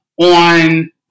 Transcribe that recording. on